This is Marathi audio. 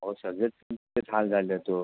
अहो सगळेच हाल झाले आहेत ओ